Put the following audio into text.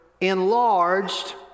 enlarged